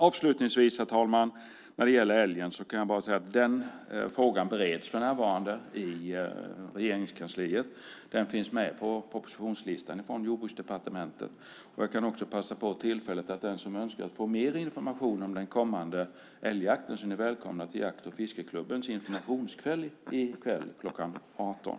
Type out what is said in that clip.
Avslutningsvis, herr talman, kan jag när det gäller älgen bara säga att den frågan för närvarande bereds i Regeringskansliet. Den finns med på propositionslistan från Jordbruksdepartementet. Jag kan också passa på tillfället att säga att den som önskar få mer information om den kommande älgjakten är välkommen till jakt och fiskeklubbens informationskväll i kväll kl. 18.